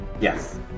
Yes